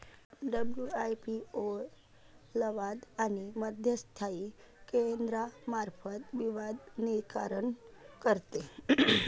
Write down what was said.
WIPO लवाद आणि मध्यस्थी केंद्रामार्फत विवाद निराकरण करते